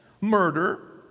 murder